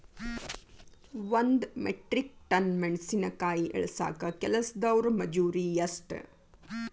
ಒಂದ್ metric ton ಮೆಣಸಿನಕಾಯಿ ಇಳಸಾಕ್ ಕೆಲಸ್ದವರ ಮಜೂರಿ ಎಷ್ಟ?